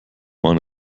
waren